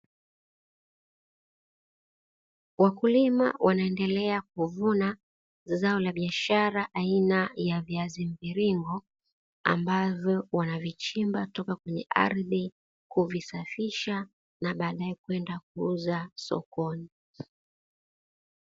Wakulima wanaendelea kuvuna zao la biashara aina ya viazi mviringo ambavyo wanavichimba kutoka kwenye ardhi, kuvisafisha na baadae kwenda kuuza sokoni.